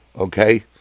okay